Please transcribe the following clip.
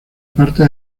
parte